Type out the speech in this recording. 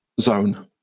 zone